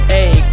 Hey